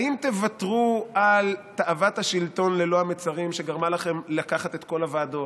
האם תוותרו על תאוות השלטון ללא המצרים שגרמה לכם לקחת את כל הוועדות,